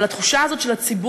אבל התחושה הזאת של הציבור,